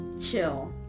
chill